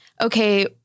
okay